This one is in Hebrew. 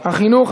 החינוך,